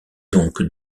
donc